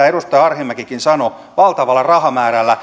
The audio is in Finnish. edustaja arhinmäkikin sanoi valtava rahamäärä